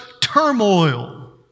turmoil